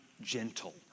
gentle